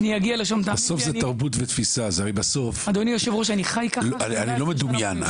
אני לא מדומיין,